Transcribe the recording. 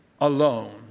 alone